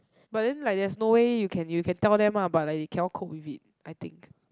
but then like there's no way you can you can tell them ah but like they cannot cope with it I think